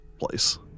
place